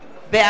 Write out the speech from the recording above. בעד